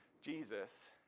Jesus